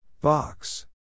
Box